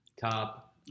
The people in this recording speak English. Top